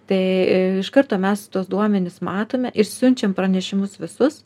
tai iš karto mes tuos duomenis matome ir siunčiam pranešimus visus